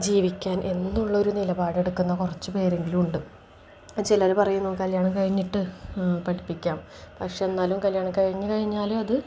ജീവിക്കാൻ എന്നുള്ളൊരു നിലപാടെടുക്കുന്ന കുറച്ചു പേരെങ്കിലും ഉണ്ട് ചിലർ പറയുന്നു കല്യാണം കഴിഞ്ഞിട്ട് പഠിപ്പിക്കാം പക്ഷെ എന്നാലും കല്യാണം കഴിഞ്ഞു കഴിഞ്ഞാൽ അത്